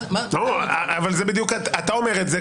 אתה אומר את זה,